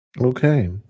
okay